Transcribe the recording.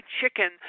chicken